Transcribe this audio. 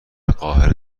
قاهره